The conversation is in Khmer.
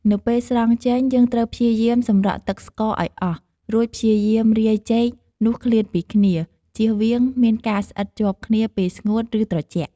នៅពេលស្រង់ចេញ យើងត្រូវព្យាយាមសម្រក់ទឹកស្ករឲ្យអស់ រួចព្យាយាមរាយចេកនោះឃ្លាតពីគ្នា ជៀសវាងមានការស្អិតជាប់គ្នាពេលស្ងួត ឬ ត្រជាក់។